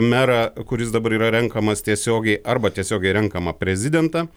merą kuris dabar yra renkamas tiesiogiai arba tiesiogiai renkamą prezidentą